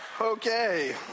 Okay